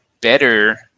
better